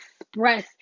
express